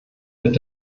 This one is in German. mit